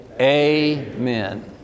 amen